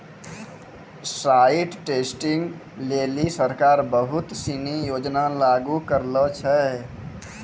site testing लेलि सरकार बहुत सिनी योजना लागू करलें छै